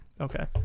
Okay